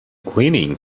cleaning